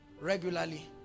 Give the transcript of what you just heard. regularly